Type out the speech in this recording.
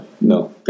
no